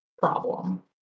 problem